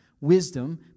Wisdom